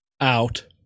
out